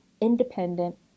independent